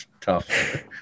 Tough